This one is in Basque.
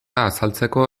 azaltzeko